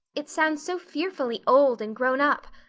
it sounds so fearfully old and grown up.